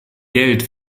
geld